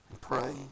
pray